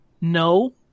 no